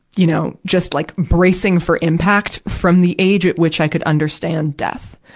you know, just, like, bracing for impact from the age at which i could understand death,